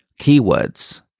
Keywords